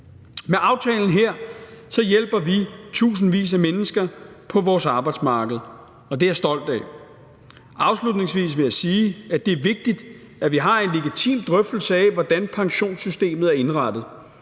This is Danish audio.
Med aftalen her hjælper vi i tusindvis af mennesker på vores arbejdsmarked, og det er jeg stolt af. Afslutningsvis vil jeg sige, at det er vigtigt, at vi har en legitim drøftelse af, hvordan pensionssystemet er indrettet.